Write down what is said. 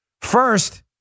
first